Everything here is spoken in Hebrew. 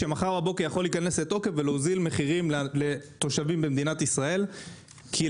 שמחר בבוקר יכול להיכנס לתוקף ולהוזיל מחירים לתושבים במדינת ישראל כי,